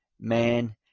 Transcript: man